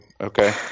okay